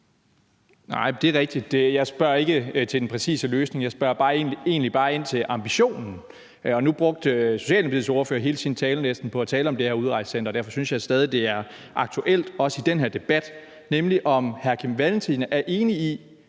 Nej, det er rigtigt, jeg spørger ikke til den præcise løsning. Jeg spørger egentlig bare ind til ambitionen. Nu brugte Socialdemokratiets ordfører næsten hele sin tale på at tale om det her udrejsecenter, og derfor synes jeg stadig, det er aktuelt også i den her debat, nemlig om hr. Kim Valentin er enig i,